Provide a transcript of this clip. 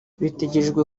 bitegerejwe